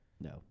No